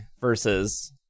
versus